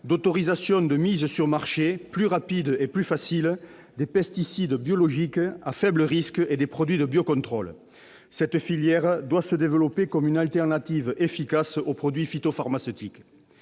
d'autorisation de mise sur marché, plus rapide et plus facile, des pesticides biologiques à faible risque et des produits de biocontrôle. Cette filière doit se développer comme une alternative efficace aux produits phytopharmaceutiques.